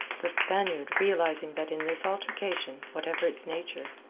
the spaniard, realizing that in this altercation, whatever its nature,